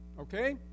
Okay